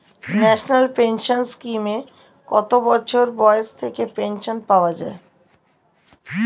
National pension স্কিমে কত বয়স থেকে পেনশন পাওয়া যায়?